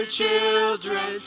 children